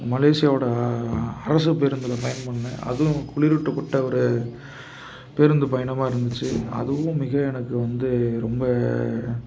மலேசியாவோடய அரசு பேருந்தில் பயணம் பண்ணேன் அதுவும் குளிரூட்டப்பட்ட ஒரு பேருந்து பயணமாக இருந்துச்சு அதுவும் மிக எனக்கு வந்து ரொம்ப